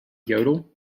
yodel